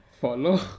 Follow